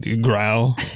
Growl